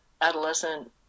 adolescent